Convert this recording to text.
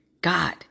God